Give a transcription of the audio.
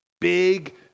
big